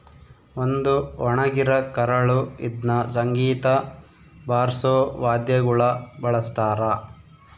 ಒಂದು ಒಣಗಿರ ಕರಳು ಇದ್ನ ಸಂಗೀತ ಬಾರ್ಸೋ ವಾದ್ಯಗುಳ ಬಳಸ್ತಾರ